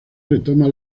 retoma